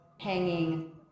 hanging